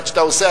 עד שאתה עושה,